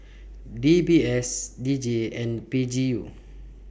D B S D J and P G U